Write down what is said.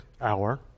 hour